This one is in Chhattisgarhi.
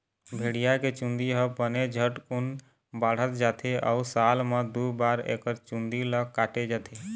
भेड़िया के चूंदी ह बने झटकुन बाढ़त जाथे अउ साल म दू बार एकर चूंदी ल काटे जाथे